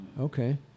Okay